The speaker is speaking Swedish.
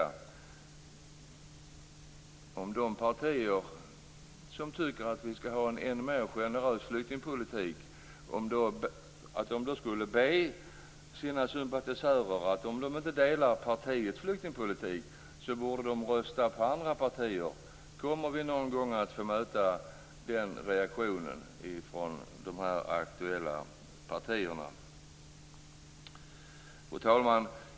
Tänk om de partier som tycker att vi skall ha en än mer generös flyktingpolitik sade till sina sympatisörer att om de inte delar partiets flyktingpolitik borde de rösta på andra partier! Kommer vi någon gång att få möta den reaktionen ifrån de aktuella partierna? Fru talman!